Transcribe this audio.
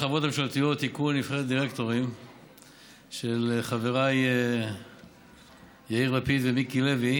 2018, של חבריי יאיר לפיד ומיקי לוי